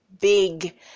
big